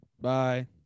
bye